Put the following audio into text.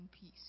peace